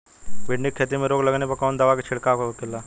भिंडी की खेती में रोग लगने पर कौन दवा के छिड़काव खेला?